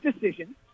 decision